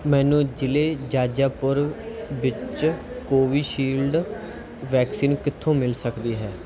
ਮੈਨੂੰ ਜ਼ਿਲ੍ਹੇ ਜਾਜਾਪੁਰ ਵਿੱਚ ਕੋਵਿਸ਼ੀਲਡ ਵੈਕਸੀਨ ਕਿੱਥੋਂ ਮਿਲ ਸਕਦੀ ਹੈ